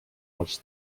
els